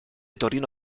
torino